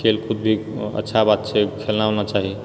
खेलकूद भी अच्छा बात छै खेलना उलना चाही